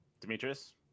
Demetrius